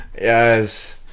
Yes